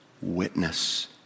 witness